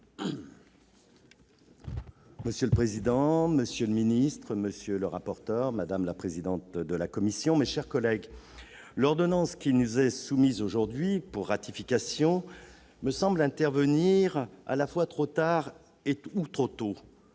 Monsieur le président, monsieur le ministre, monsieur le rapporteur, madame la vice-présidente de la commission, mes chers collègues, l'ordonnance qui nous est soumise aujourd'hui pour ratification me semble intervenir trop tard ou trop tôt.